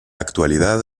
actualidad